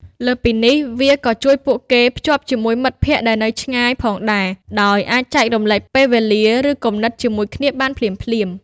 លើសពីនេះ វាក៏ជួយពួកគេ ភ្ជាប់ជាមួយមិត្តភក្ដិដែលនៅឆ្ងាយ ផងដែរ ដោយអាចចែករំលែកពេលវេលា ឬគំនិតជាមួយគ្នាបានភ្លាមៗ។